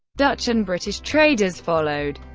dutch and british traders followed.